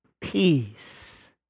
peace